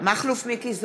מכלוף מיקי זוהר,